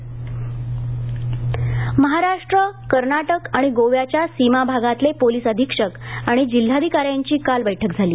police अधिक्षक महाराष्ट्र कर्नाटक आणि गोव्याच्या सीमा भागातले पोलिस अधिक्षक आणि जिल्हाधिकाऱ्यांची काल बैठक झाली